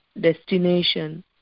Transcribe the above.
destination